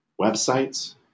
websites